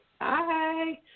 Hi